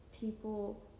people